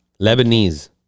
Lebanese